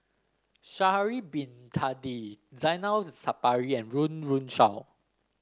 Sha'ari Bin Tadin Zainal Sapari and Run Run Shaw